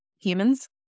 humans